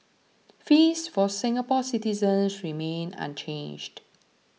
fees for Singapore citizens remain unchanged